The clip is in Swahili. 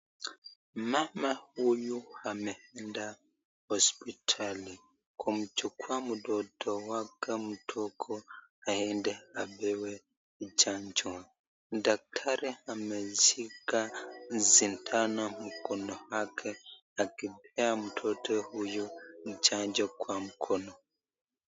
Mama huyu ameenda hospitali, kumchukua mtoto wake mdogo aende apewe chanjo, daktari ameshika shindano mkononi mwake akipea mtoto huyu chanjo, kwa mkono.